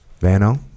Van-O